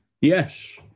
Yes